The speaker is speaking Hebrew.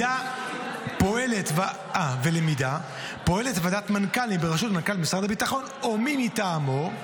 פועלת ועדת מנכ"לים ברשות משרד הביטחון ומי מטעמו,